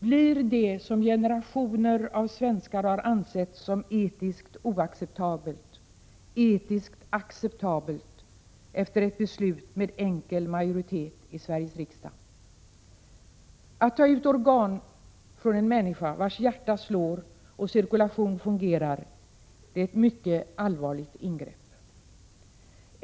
Blir det som generationer av svenskar har ansett vara etiskt oaccepabelt nu etiskt acceptabelt efter ett beslut med enkel majoritet i Sveriges riksdag? Att ta ut organ från en människa, vars hjärta slår och vars cirkulation fungerar, är ett mycket allvarligt ingrepp.